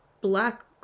Black